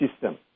system